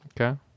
Okay